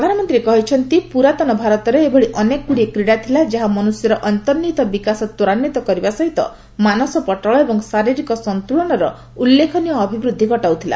ପ୍ରଧାନମନ୍ତ୍ରୀ କହିଛନ୍ତି ପୁରାତନ ଭାରତରେ ଏଭଳି ଅନେକଗୁଡ଼ିଏ କ୍ରୀଡ଼ା ଥିଲା ଯାହା ମନୁଷ୍ୟର ଅନ୍ତର୍ନିହିତ ବିକାଶ ତ୍ୱରାନ୍ୱିତ କରିବା ସହିତ ମାନସପଟଳ ଏବଂ ଶାରୀରିକ ସନ୍ତୁଳନର ଉଲ୍ଲେଖନୀୟ ଅଭିବୃଦ୍ଧି ଘଟାଉଥିଲା